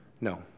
No